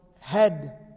head